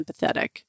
empathetic